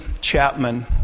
Chapman